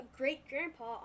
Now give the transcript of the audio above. great-grandpa